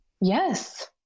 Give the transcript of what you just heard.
Yes